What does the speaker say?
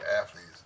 athletes